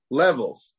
levels